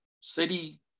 city